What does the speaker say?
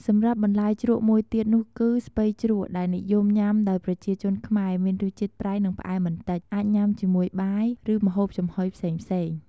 សម្រាប់បន្លែជ្រក់មួយទៀតនោះគឺ ស្ពៃជ្រក់ដែលនិយមញុំាដោយប្រជាជនខ្មែរមានរសជាតិប្រៃនិងផ្អែមបន្តិច អាចញាំជាមួយបាយ ឬម្ហូបចំហុយផ្សេងៗ។